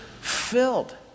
filled